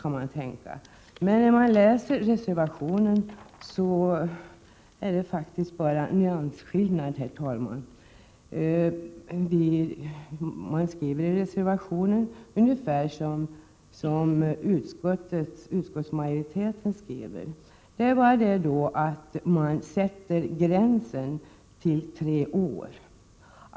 När man läser reservationen, herr talman, förstår man att det bara är fråga om en nyansskillnad. Reservanterna har skrivit ungefär på samma sätt som utskottsmajoriteten. I reservationen sätter man dock gränsen till tre år.